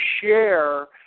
share